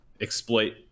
exploit